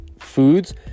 foods